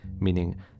meaning